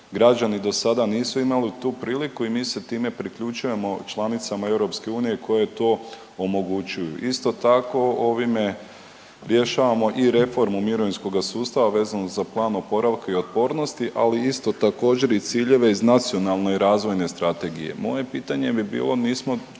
građani do sada nisu imali tu priliku i mi se time priključujemo članicama EU koje to omogućuju. Isto tako ovime rješavamo i reformu mirovinskog sustava vezanu za plan oporavka i otpornosti, ali isto također i ciljeve iz Nacionalne razvojne strategije. Moje pitanje bi bilo, nismo